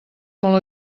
molt